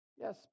Yes